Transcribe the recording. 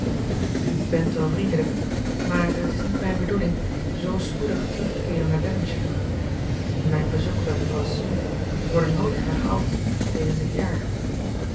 u bent wel vriendelijk maar het is niet mijn bedoeling zoo spoedig terug te keeren naar devonshire mijn bezoeken bij mevrouw smith worden nooit herhaald binnen het jaar